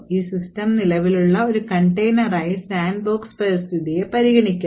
ഈ സിസ്റ്റം നിലവിലുള്ള ഒരു കണ്ടെയ്നറായി സാൻഡ്ബോക്സ് പരിതസ്ഥിതിയെ പരിഗണിക്കാം